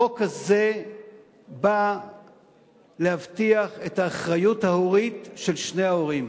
החוק הזה בא להבטיח את האחריות ההורית של שני ההורים.